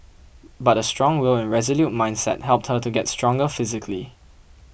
but a strong will and resolute mindset helped her to get stronger physically